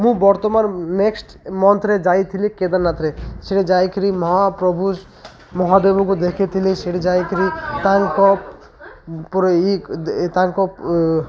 ମୁଁ ବର୍ତ୍ତମାନ ନେକ୍ସଟ୍ ମନ୍ଥରେ ଯାଇଥିଲି କେଦାରନାଥରେ ସେଠି ଯାଇକିରି ମହାପ୍ରଭୁ ଶ୍ ମହାଦେବଙ୍କୁ ଦେଖିଥିଲି ସେଠି ଯାଇକିରି ତାଙ୍କ ପୁରା ତାଙ୍କ